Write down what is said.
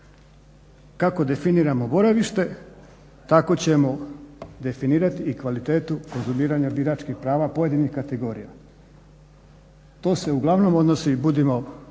Kako definiramo boravište tako ćemo definirat i kvalitetu konzumiranja biračkih prava pojedinih kategorija. To se uglavnom odnosi, budimo potpuno